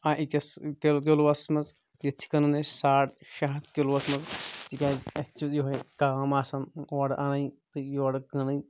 اَ أکِس کِل کِلوٗوَس منٛز ییٚتہِ چھِ کٕنَان أسۍ ساڑ شےٚ ہَتھ کِلوٗوَس منٛز تِکیازِ اَسہِ چھُ یِہٕے کٲم آسَان اورٕ اَنٕنۍ تہٕ یورٕ کٕنٕنۍ